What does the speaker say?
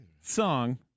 Song